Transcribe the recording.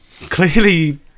clearly